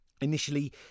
initially